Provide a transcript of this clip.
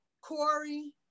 Corey